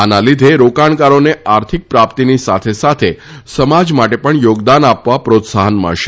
આના લીધે રોકાણકારોને આર્થિક પ્રાપ્તિની સાથે સાથે સમાજ માટે પણ યોગદાન આપવા પ્રોત્સાહન મળશે